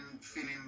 feeling